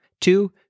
two